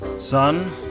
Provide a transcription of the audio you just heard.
son